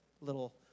little